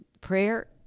prayer